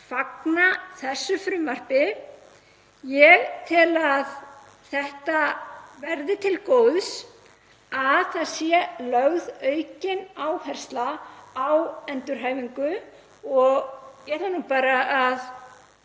fagna þessu frumvarpi. Ég tel að það verði til góðs að lögð sé aukin áhersla á endurhæfingu og ég ætla að taka